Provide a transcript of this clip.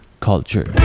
Culture